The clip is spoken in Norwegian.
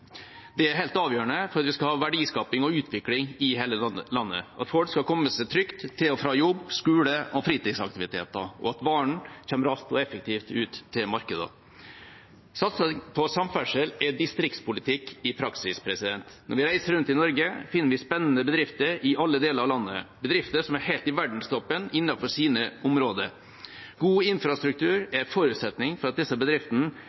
Det er helt avgjørende for at vi skal ha verdiskaping og utvikling i hele landet, for at folk skal komme seg trygt til og fra jobb, skole og fritidsaktiviteter, og for at varene kommer raskt og effektivt ut til markedene. Satsing på samferdsel er distriktspolitikk i praksis. Når vi reiser rundt i Norge, finner vi spennende bedrifter i alle deler av landet, bedrifter som er helt i verdenstoppen innenfor sine områder. God infrastruktur er en forutsetning for at disse bedriftene